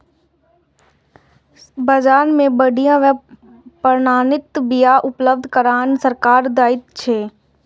बाजार मे बढ़िया आ प्रमाणित बिया उपलब्ध करेनाय सरकारक दायित्व छियै